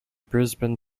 brisbane